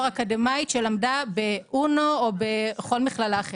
אקדמאית שלמדה באונו או בכל מכללה אחרת.